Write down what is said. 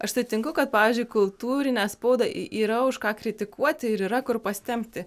aš sutinku kad pavyzdžiui kultūrinę spaudą yra už ką kritikuoti ir yra kur pasitempti